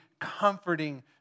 comforting